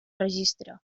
registre